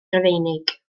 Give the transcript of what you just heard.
rufeinig